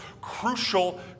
crucial